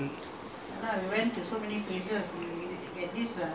tourists they go to certain hotels they know certain hotels